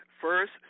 First